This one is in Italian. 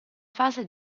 fase